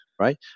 Right